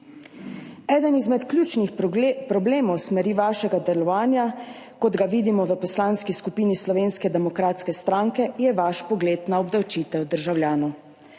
Eden izmed ključnih problemov smeri vašega delovanja, kot ga vidimo v Poslanski skupini Slovenske demokratske stranke, je vaš pogled na obdavčitev državljanov.